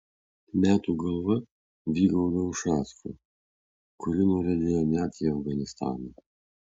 metų galva vygaudo ušacko kuri nuriedėjo net į afganistaną